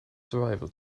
survival